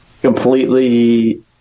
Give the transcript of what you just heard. completely